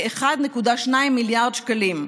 כ-1.2 מיליארד שקלים.